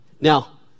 Now